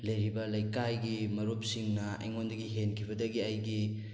ꯂꯩꯔꯤꯕ ꯂꯩꯀꯥꯏꯒꯤ ꯃꯔꯨꯞꯁꯤꯡꯅ ꯑꯩꯉꯣꯟꯗꯒꯤ ꯍꯦꯟꯈꯤꯕꯗꯒꯤ ꯑꯩꯒꯤ